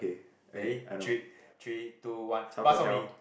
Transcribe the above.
ready three three two one bak-chor-mee